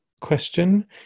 question